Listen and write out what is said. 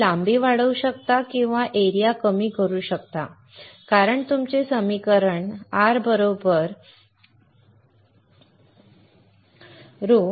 तुम्ही एकतर लांबी वाढवू शकता किंवा क्षेत्र कमी करू शकता कारण तुमचे समीकरण R ρLA आहे